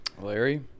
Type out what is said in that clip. Larry